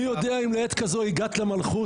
הצבעה אושר מי יודע אם לעת כזו הגעת למלכות,